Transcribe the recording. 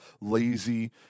lazy